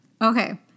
Okay